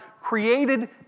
created